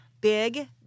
Big